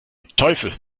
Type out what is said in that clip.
teufel